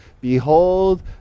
behold